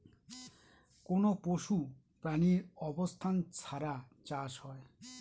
কোনো পশু প্রাণীর অবস্থান ছাড়া চাষ হয়